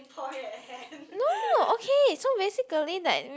no okay so basically like we